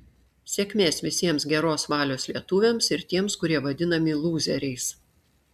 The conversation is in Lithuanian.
sėkmės visiems geros valios lietuviams ir tiems kurie vadinami lūzeriais